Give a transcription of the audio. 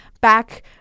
back